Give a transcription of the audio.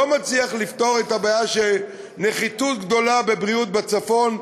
לא מצליח לפתור את הבעיה של נחיתות גדולה בבריאות בצפון.